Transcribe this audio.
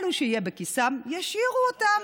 אלה שיהיה בכיסם, ישאירו אותם.